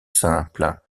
simples